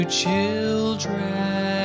children